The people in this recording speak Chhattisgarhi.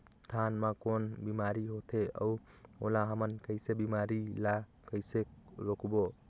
धान मा कौन बीमारी होथे अउ ओला हमन कइसे बीमारी ला कइसे रोकबो?